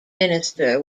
minister